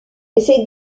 ces